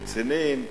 קורס קצינים,